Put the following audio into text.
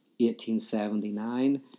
1879